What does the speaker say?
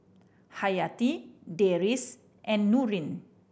Hayati Deris and Nurin